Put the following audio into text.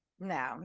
No